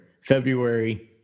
February